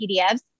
PDFs